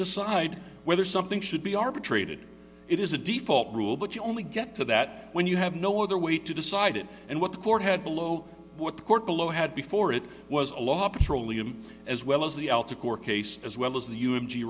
decide whether something should be arbitrated it is a default rule but you only get to that when you have no other way to decide it and what the court had below what the court below had before it was a law petroleum as well as the out of court case as well as the u